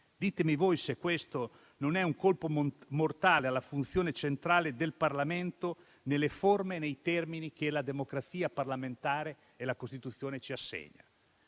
Ditemi voi se questo non è un colpo mortale alla funzione centrale del Parlamento nelle forme e nei termini che la democrazia parlamentare e la Costituzione ci assegnano.